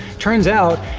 turns out,